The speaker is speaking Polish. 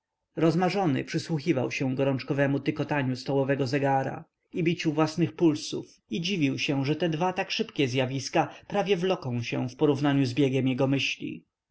rozmarzony przysłuchiwał się gorączkowemu tykotaniu stołowego zegara i biciu własnych pulsów i dziwił się że te dwa tak szybkie zjawiska prawie wloką się w porównaniu z biegiem jego myśli